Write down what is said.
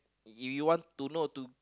if you wana to know to